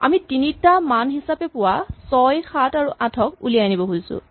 আমি তিনিটা মান হিচাপে পোৱা ৬ ৭ আৰু ৮ ক উলিয়াই আনিব খুজিছোঁ